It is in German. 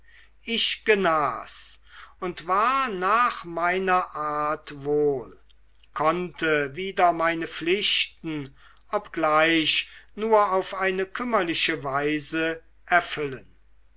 ich genas und war nach meiner art wohl konnte wieder meine pflichten obgleich nur auf eine kümmerliche weise erfüllen